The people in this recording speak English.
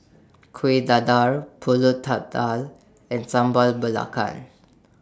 Kueh Dadar Pulut Tatal and Sambal Belacan